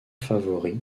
favori